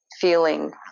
feeling